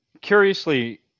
curiously